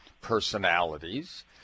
personalities